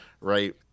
Right